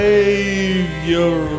Savior